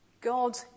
God